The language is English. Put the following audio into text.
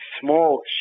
small